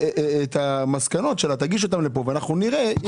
היא תגיש את המסקנות שלה גם לנו ואנחנו נראה.